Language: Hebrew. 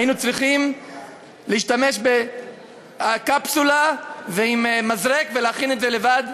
והיינו צריכים להשתמש בקפסולה ובמזרק ולהכין את זה לבד.